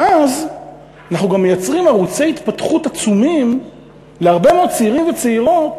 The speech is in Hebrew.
ואז אנחנו גם מייצרים ערוצי התפתחות עצומים להרבה מאוד צעירים וצעירות